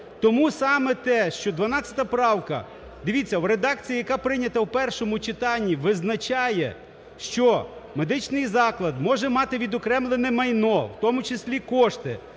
Тому саме те, що 12 правка, дивіться, в редакції, яка прийнята в першому читанні, визначає, що медичний заклад може мати відокремлене майно, в тому числі кошти,